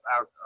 out